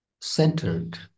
centered